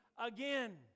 again